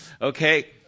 Okay